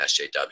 sjw